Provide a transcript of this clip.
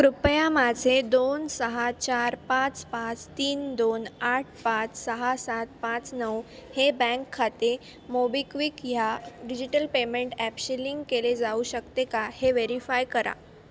कृपया माझे दोन सहा चार पाच पाच तीन दोन आठ पाच सहा सात पाच नऊ हे बँक खाते मोबिक्विक ह्या डिजिटल पेमेंट ॲपशी लिंक केले जाऊ शकते का हे व्हेरीफाय करा